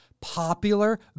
popular